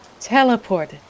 teleported